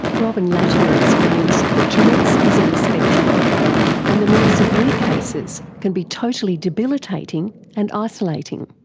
robyn lattimer explains that tourette's is on a spectrum and the more severe cases can be totally debilitating and isolating.